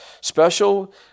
special